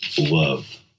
Love